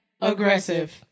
aggressive